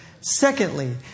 Secondly